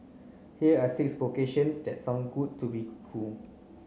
here are six vocations that sound good to be true